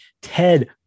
ted